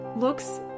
looks